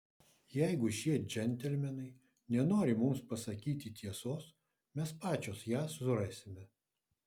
jeigu šie džentelmenai nenori mums pasakyti tiesos mes pačios ją surasime